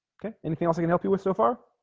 okay anything else i can help you with so far